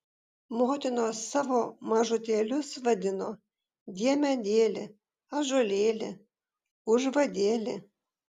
motinos savo mažutėlius vadino diemedėli ąžuolėli užvadėli